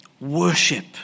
Worship